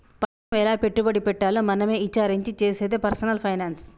పైకం ఎలా పెట్టుబడి పెట్టాలో మనమే ఇచారించి చేసేదే పర్సనల్ ఫైనాన్స్